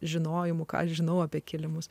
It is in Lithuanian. žinojimu ką aš žinau apie kilimus